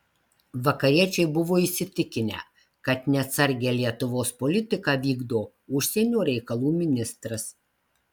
vakariečiai buvo įsitikinę kad neatsargią lietuvos politiką vykdo užsienio reikalų ministras